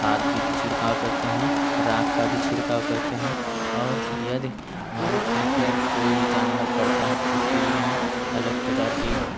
खाद की भी छिड़काव करते हैं राख का भी छिड़काव करते हैं और यदि हमारे खेत में कोई भी जानवर पड़ता है तो उसके लिए हम अलग प्रकार की